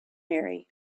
marry